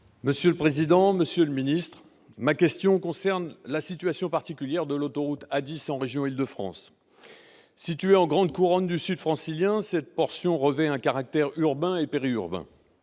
Monsieur le secrétaire d'État, ma question concerne la situation particulière de l'autoroute A10, en région Île-de-France. Située en grande couronne du sud francilien, cette portion revêt un caractère urbain et périurbain